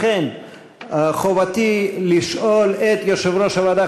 לכן חובתי לשאול את יושב-ראש הוועדה,